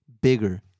Bigger